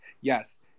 yes